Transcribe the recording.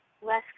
West